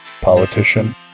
politician